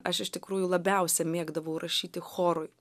aš iš tikrųjų labiausia mėgdavau rašyti chorui